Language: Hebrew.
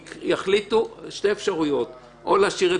הם יחליטו אחת משתי אפשרויות: או להשאיר את